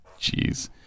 Jeez